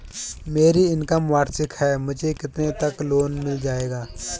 मेरी इनकम वार्षिक है मुझे कितने तक लोन मिल जाएगा?